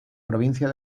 provincia